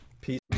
peace